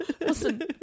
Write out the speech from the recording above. Listen